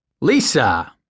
Lisa